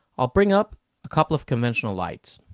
i'll bring up a couple of conventional lights.